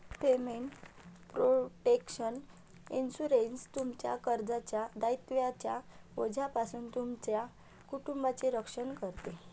payment protection insurance, तुमच्या कर्जाच्या दायित्वांच्या ओझ्यापासून तुमच्या कुटुंबाचे रक्षण करते